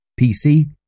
PC